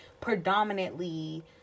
predominantly